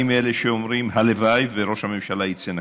אני מאלה שאומרים: הלוואי שראש הממשלה יצא נקי,